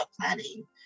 planning